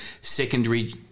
secondary